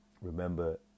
remember